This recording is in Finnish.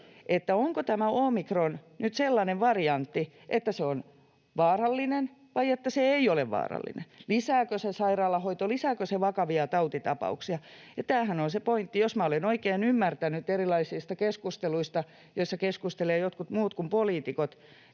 onko tämä omikron nyt sellainen variantti, että se on vaarallinen, vai sellainen, että se ei ole vaarallinen — lisääkö se sairaalahoitoa, lisääkö se vakavia tautitapauksia. Ja tämähän on se pointti. Jos minä olen oikein ymmärtänyt erilaisista keskusteluista, joissa keskustelevat jotkut muut kuin poliitikot,